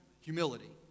humility